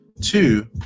Two